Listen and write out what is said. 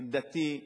עמדתי: